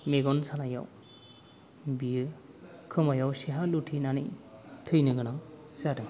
मेगन सानायाव बियो खोमायाव सेहा लुथेनानै थैनो गोनां जादों